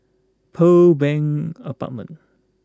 Pearl Bank Apartment